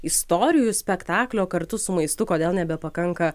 istorijų spektaklio kartu su maistu kodėl nebepakanka